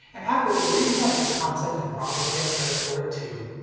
and apple will reinvent this concept and probably get credit for it, too.